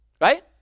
right